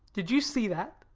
did you see that?